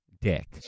dick